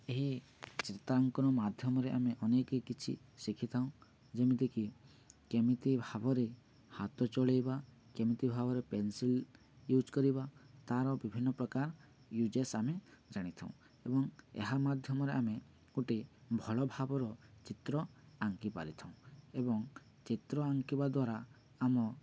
ଏହି ଚିତ୍ରାଙ୍କନ ମାଧ୍ୟମରେ ଆମେ ଅନେକ କିଛି ଶିଖିଥାଉଁ ଯେମିତିକି କେମିତି ଭାବରେ ହାତ ଚଳେଇବା କେମିତି ଭାବରେ ପେନସିଲ୍ ୟୁଜ୍ କରିବା ତାର ବିଭିନ୍ନ ପ୍ରକାର ୟୁଜେସ୍ ଆମେ ଜାଣିଥାଉ ଏବଂ ଏହା ମାଧ୍ୟମରେ ଆମେ ଗୋଟେ ଭଲ ଭାବର ଚିତ୍ର ଆଙ୍କି ପାରିଥାଉଁ ଏବଂ ଚିତ୍ର ଆଙ୍କିବା ଦ୍ୱାରା ଆମ